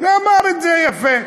אמר את זה, יפה.